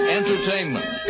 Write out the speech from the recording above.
entertainment